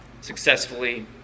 successfully